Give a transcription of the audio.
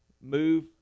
move